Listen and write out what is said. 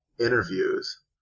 interviews